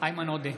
איימן עודה,